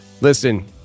Listen